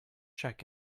check